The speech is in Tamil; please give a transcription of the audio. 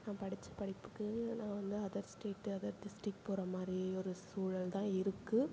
நான் படித்த படிப்புக்கு நான் வந்து அதர் ஸ்டேட்டு அதர் டிஸ்டிக்ட் போகிற மாதிரி ஒரு சூழல் தான் இருக்குது